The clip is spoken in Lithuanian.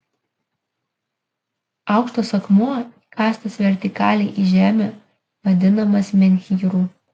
aukštas akmuo įkastas vertikaliai į žemę vadinamas menhyru